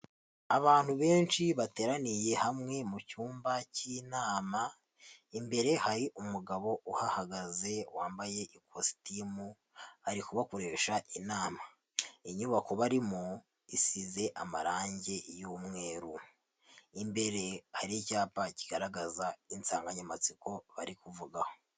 Abantu benshi bateraniye mu cyumba cy'inama, imbere hari umugabo uhahagaze wambaye ikosotimu, ari kubakoresha inama. Inyubako barimo isize amarange y'umweru. Imbere hari icyapa kigaragaza insanganyamatsiko bari kuvugaho.